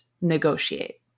negotiate